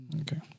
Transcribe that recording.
Okay